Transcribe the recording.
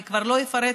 אני כבר לא אפרט,